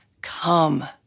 come